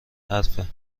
حرفه